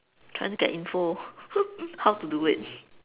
trying to get info how to do it